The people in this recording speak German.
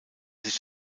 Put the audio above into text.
sich